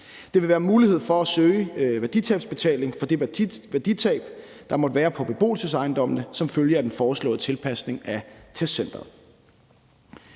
Der vil være mulighed for at søge værditabsbetaling for det værditab, der måtte være på beboelsesejendommene som følge af den foreslåede tilpasning af testcenteret.